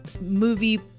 movie